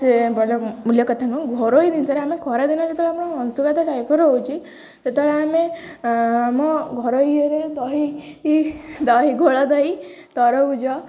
ସେ ଭଲ ମୂଲ୍ୟ କଥା ନୁହେଁ ଘରୋଇ ଜିନିଷରେ ଆମେ ଖରା ଦିନ ଯେତେବେଳେ ଆମର ଅଂଶୁଘାତ ଟାଇପ୍ ରହୁଛି ସେତେବେଳେ ଆମେ ଆମ ଘରୋଇ ଇଏରେ ଦହି ଦହି ଘୋଳ ଦହି ତରଭୁଜ